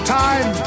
time